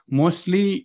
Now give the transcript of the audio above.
mostly